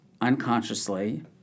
unconsciously